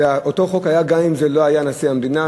אותו חוק היה גם אם זה לא היה נשיא המדינה,